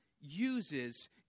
uses